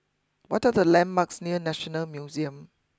what are the landmarks near National Museum